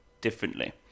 differently